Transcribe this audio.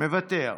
מוותר,